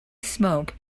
smoke